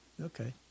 Okay